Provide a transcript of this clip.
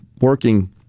working